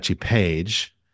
page